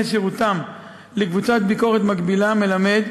שירותם לקבוצת ביקורת מקבילה מלמדים